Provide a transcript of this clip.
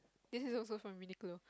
this is also from Uniqlo